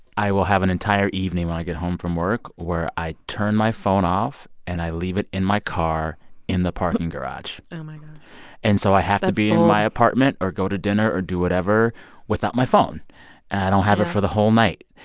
i will have an entire evening when i get home from work where i turn my phone off, and i leave it in my car in the parking garage oh, my god and so i have to. that's bold. be in my apartment or go to dinner or do whatever without my phone. and i don't have it for the whole night.